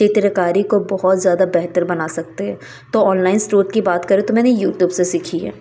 चित्रकारी को बहुत ज़्यादा बेहतर बना सकते हैं तो ऑनलाइन स्टोर की बात करें तो मैंने यूटूब से सीखी है